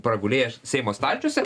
pragulėję seimo stalčiuose